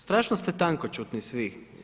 Strašno ste tankoćutni svi.